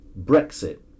Brexit